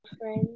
friends